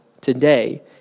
today